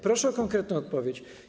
Proszę o konkretną odpowiedź.